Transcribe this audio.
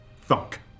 Thunk